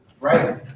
Right